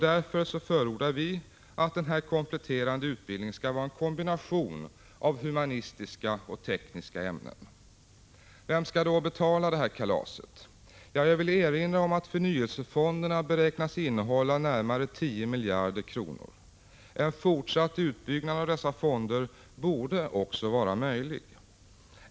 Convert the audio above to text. Därför förordar vi att den kompletterande utbildningen skall Prot. 1985/86:132 vara en kombination av humanistiska och tekniska ämnen. 30 april 1986 Vem skall då betala det här kalaset? Jag vill erinra om att förnyelsefonderna beräknas innehålla närmare 10 miljarder kronor. En fortsatt utbyggnad av dessa fonder borde också vara möjlig.